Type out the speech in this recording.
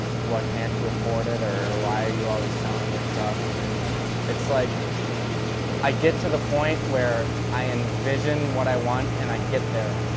can't you afford it? or, why are you always selling your trucks? and it's like i get to the point where i envision what i want and i get there.